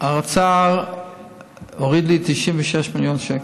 האוצר הוריד לי 96 מיליון שקל.